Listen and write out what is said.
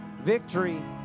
victory